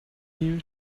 you